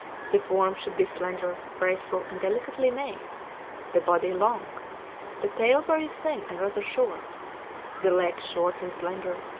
the form should be slender, graceful, and delicately made the body long the tail very thin and rather short the legs short and slender,